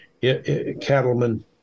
cattlemen